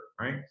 right